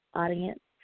audience